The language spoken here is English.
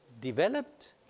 developed